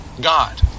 God